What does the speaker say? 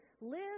live